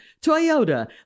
Toyota